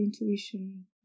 intuition